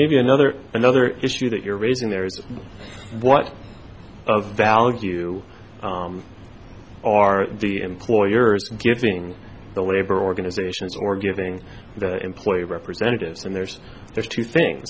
maybe another another issue that you're raising there is what of value are the employers giving the labor organizations or giving the employee representatives and there's there's two things